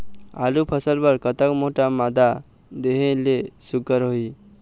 आलू फसल बर कतक मोटा मादा देहे ले सुघ्घर होही?